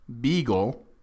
Beagle